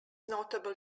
notable